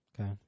Okay